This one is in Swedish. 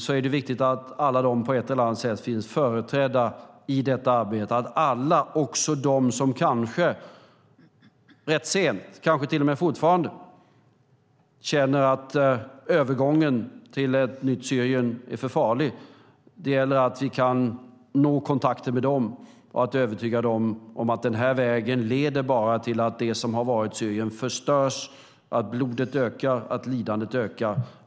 Det är viktigt att alla dessa på ett eller annat sätt finns företrädda i arbetet. Det gäller alla, också de som kanske rätt sent och till och med fortfarande känner att övergången till ett nytt Syrien är för farlig. Det gäller att vi kan nå kontakt med dem och övertyga dem om att denna väg bara leder till det som har varit Syrien förstörs, till att blodet ökar och till att lidandet ökar.